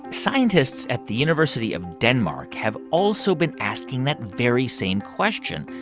scientists at the university of denmark have also been asking that very same question.